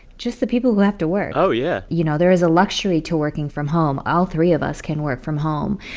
just the people who have to work. oh, yeah you know, there is a luxury to working from home. all three of us can work from home.